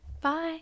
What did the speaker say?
bye